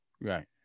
Right